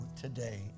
today